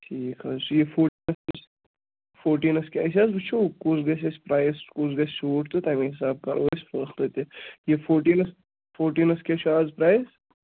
ٹھیٖک حظ چھُ یہِ فوٹیٖنَس کیٛاہ أسۍ حظ وٕچھو کُس گژھِ اَسہِ پرٛایِس کُس گژھِ سوٗٹ تہٕ تَمے حِسابہٕ کرو أسۍ تہِ یہِ فوٹیٖنَس فوٹیٖنَس کیٛاہ چھُ آز پرٛایِس